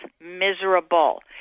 miserable